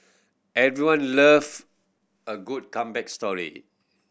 everyone love a good comeback story